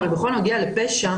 אבל בכל הנוגע לפשע,